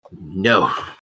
no